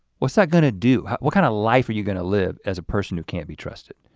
what's that gonna do? what kind of life are you gonna live as a person who can't be trusted?